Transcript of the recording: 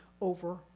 over